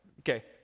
okay